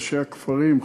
ראשי הכפרים,